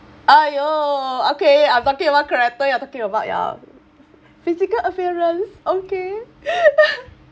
!aiyo! okay I'm talking about character you're talking about ya physical appearance okay